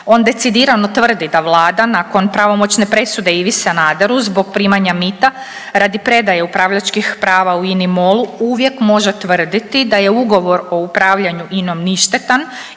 On decidirano tvrdi da vlada nakon pravomoćne presude Ivi Sanaderu zbog primanja mita radi predaje upravljačkih prava u INA-i, MOL-u uvijek može tvrditi da je ugovor o upravljanju INA-om ništetom